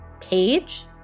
page